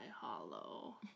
hollow